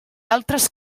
altres